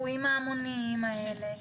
ובכל האירועים ההמוניים האלה.